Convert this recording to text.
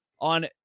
on